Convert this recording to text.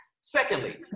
Secondly